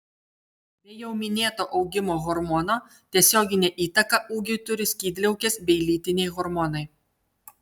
be jau minėto augimo hormono tiesioginę įtaką ūgiui turi skydliaukės bei lytiniai hormonai